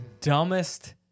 dumbest